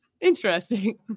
interesting